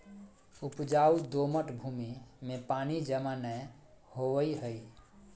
उपजाऊ दोमट भूमि में पानी जमा नै होवई हई